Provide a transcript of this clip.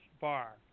Bar